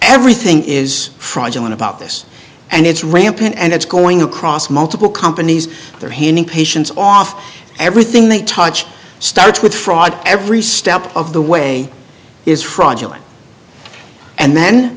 everything is fraudulent about this and it's rampant and it's going across multiple companies they're handing patients off everything they touch starts with fraud every step of the way is fraudulent and then